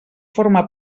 forma